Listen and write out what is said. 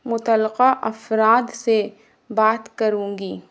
متلقع افراد سے بات کروں گی